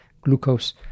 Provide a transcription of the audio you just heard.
glucose